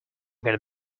got